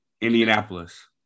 indianapolis